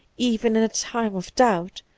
even in a time of doubt,